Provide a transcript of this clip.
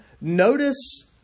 Notice